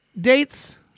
dates